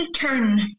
turn